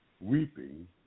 Weeping